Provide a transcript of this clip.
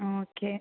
okay